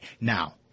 now